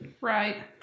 Right